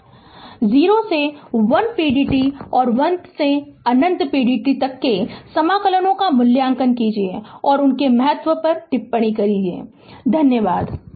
Glossary शब्दकोष English Word Word Meaning Capacitor capacitor संधारित्र Current current विधुत धारा Resistance रेजिस्टेंस प्रतिरोधक Circuit सर्किट परिपथ Terminal टर्मिनल मार्ग Magnitudes मैग्निट्यूड परिमाण Path पाथ पथ Key point की पॉइंट मुख्य बिंदु